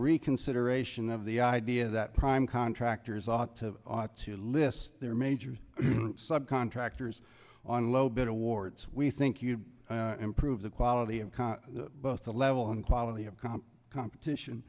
reconsideration of the idea that prime contractors ought to ought to list their major subcontractors on low bit awards we think you'd improve the quality of con both the level and quality of comp competition